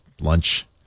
lunch